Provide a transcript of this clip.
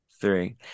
three